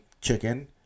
chicken